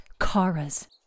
Kara's